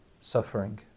suffering